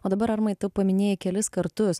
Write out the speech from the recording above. o dabar armai tu paminėjai kelis kartus